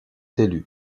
élus